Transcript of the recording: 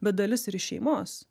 bet dalis ir iš šeimos